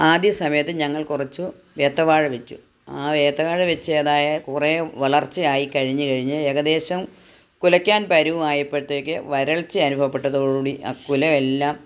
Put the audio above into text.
ആദ്യസമയത്ത് ഞങ്ങൾ കുറച്ച് ഏത്തവാഴ വെച്ചു ആ ഏത്തവാഴ വെച്ച് ഏതായ കുറച്ച് വളർച്ച ആയി കഴിഞ്ഞ് കഴിഞ്ഞ് ഏകദേശം കുലയ്ക്കാൻ പരുവമായപ്പോഴത്തേക്ക് വരൾച്ച അനുഭവപ്പെട്ടതോടുകൂടി ആ കുലയെല്ലാം